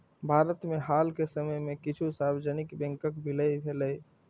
भारत मे हाल के समय मे किछु सार्वजनिक बैंकक विलय भेलैए